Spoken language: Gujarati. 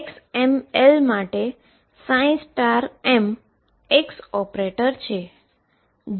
અને xml માટે mx ઓપરેટર છે